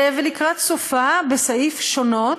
ולקראת סופה בסעיף "שונות"